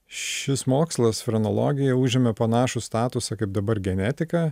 šis mokslas frenologija užėmė panašų statusą kaip dabar genetika